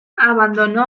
abandonó